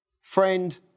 Friend